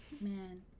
Man